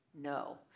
No